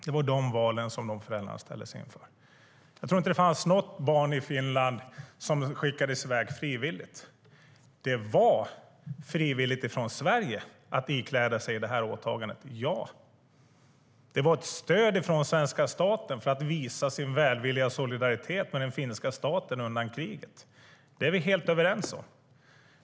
Det var de valen som föräldrarnas ställdes inför. Jag tror inte att det fanns något barn i Finland som skickades i väg frivilligt. Det var frivilligt från Sverige att ikläda sig åtagandet. Det var ett stöd från svenska staten för att visa sin välvilja och solidaritet med den finska staten under kriget. Det är vi helt överens om.